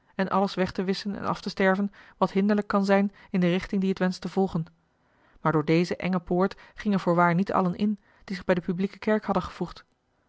en alles weg te wisschen en af te sterven wat hinderlijk kan zijn in de richting die het wenscht te volgen maar door deze enge poort gingen voorwaar niet allen in die zich bij de publieke kerk hadden gevoegd